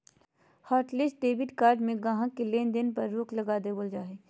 hotlist debit card में गाहक़ के लेन देन पर रोक लगा देबल जा हय